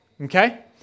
okay